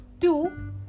two